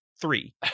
three